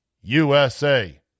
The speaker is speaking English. USA